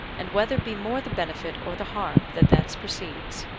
and whether be more the benefit or the harm that thence proceeds.